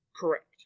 Correct